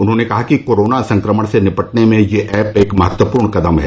उन्होंने कहा कि कोरोना संक्रमण से निपटने में यह ऐप एक महत्वपूर्ण कदम है